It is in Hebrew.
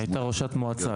גם היית ראש מועצה?